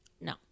no